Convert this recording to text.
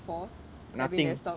for having the stocks